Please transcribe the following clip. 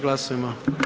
Glasujmo.